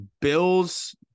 Bill's